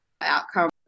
outcome